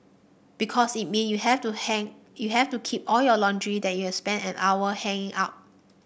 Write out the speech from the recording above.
because it mean you have to hang you have to keep all your laundry that you spent an hour hanging up